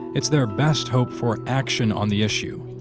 it's their best hope for action on the issue.